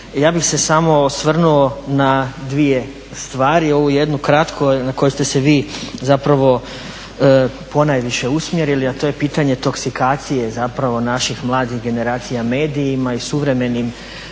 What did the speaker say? Ja bih se samo osvrnuo na dvije stvari, ovu jednu kratko na koju ste se vi zapravo ponajviše usmjerili, a to je pitanje toksikacije zapravo naših mladih generacija medijima i suvremenim